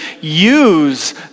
use